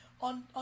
on